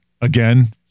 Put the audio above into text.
again